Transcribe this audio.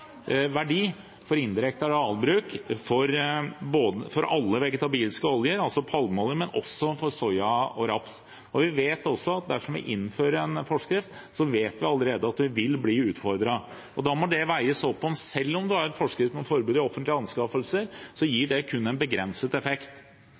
verdi for indirekte arealbruk for alle vegetabilske oljer, altså palmeolje, men også for soya og raps. Vi vet allerede at dersom vi innfører en forskrift, vil vi bli utfordret. Da må det veies opp mot at selv om man har en forskrift med forbud i offentlige anskaffelser, gir